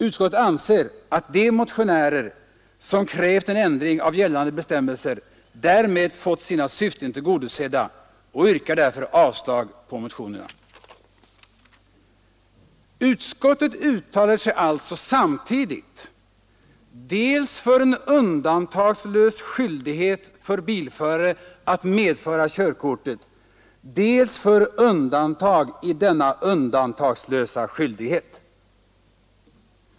Utskottet anser att de motionärer som krävt en ändring av gällande bestämmelser därmed fått sina syften tillgodosedda och avstyrker därför motionerna. Utskottet uttalar sig alltså samtidigt dels för en undantagslös skyldighet för bilförare att medföra körkortet, dels för undantag i denna undantagslösa skyldighet.